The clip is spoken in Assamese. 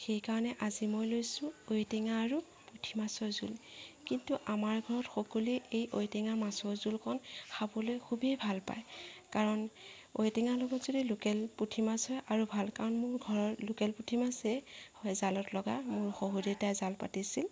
সেইকাৰণে আজি মই লৈছোঁ ঔটেঙা আৰু পুঠি মাছৰ জোল কিন্তু আমাৰ ঘৰত সকলোৱে এই মাছৰ জোলকণ খাবলৈ খুবেই ভাল পায় কাৰণ ঔটেঙাৰ লগত যদি লোকেল পুঠিমাছ হয় আৰু ভাল কাৰণ মোৰ ঘৰত লোকেল পুঠি মাছেই হয় জালত লগা মোৰ শহুৰ দেউতাই জাল পাতিছিল